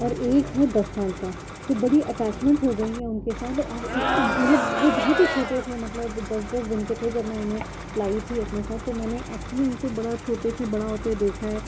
اور ایک ہے دس سال کا تو بڑی اٹیچمنٹ ہو گئی ہیں ان کے ساتھ اب ایک مطلب وہ بہت ہی چھوٹے تھے مطلب دس دس دن کے تھے جب میں انہیں لائی تھی اپنے ساتھ تو میں نے ایکچلی ان کو بڑا چھوٹے سے بڑا ہوتے دیکھا ہے